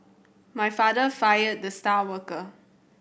my father fired the star worker